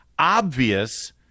obvious